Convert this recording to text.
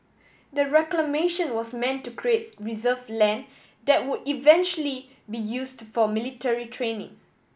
the reclamation was meant to create reserve land that would eventually be used for military training